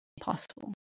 possible